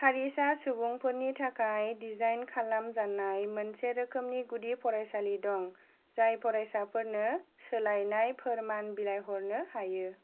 हारिसा सुबुंफोरनि थाखाय डिजाइन खालाम जानाय मोनसे रोखोमनि गुदि फरायसालि दं जाय फरायसाफोरनो सोलायनाय फोरमान बिलाय हरनो हायो